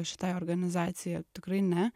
šitai organizacija tikrai ne